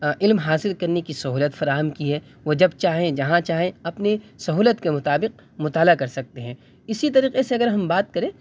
علم حاصل کرنے کی سہولت فراہم کی ہے وہ جب چاہیں جہاں چاہیں اپنی سہولت کے مطابق مطالعہ کر سکتے ہیں اسی طریقے سے اگر ہم بات کریں